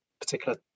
particular